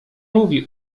mówi